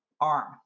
arm